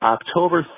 October